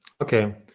Okay